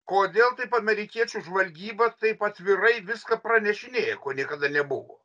kodėl taip amerikiečių žvalgyba taip atvirai viską pranešinėja ko niekada nebuvo